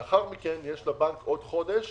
לאחר מכן יש לבנק עוד חודש